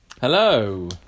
Hello